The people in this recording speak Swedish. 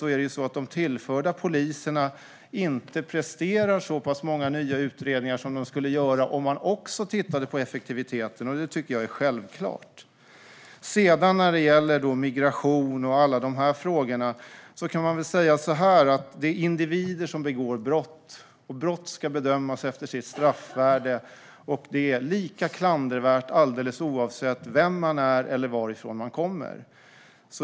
Gör man ingenting åt det kommer de tillförda poliserna inte att prestera så pass många nya utredningar som de skulle göra om man också tittade på effektiviteten. Det tycker jag är självklart. När det gäller migration och alla de frågorna kan man väl säga så här: Det är individer som begår brott. Brott ska bedömas efter sitt straffvärde, och det är lika klandervärt att begå brott alldeles oavsett vem man är och varifrån man kommer.